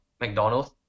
mcdonald's